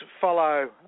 follow